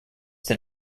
than